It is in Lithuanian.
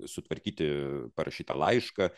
sutvarkyti parašytą laišką